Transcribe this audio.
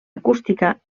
acústica